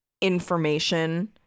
information